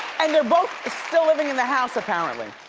and they're both still living in the house apparently.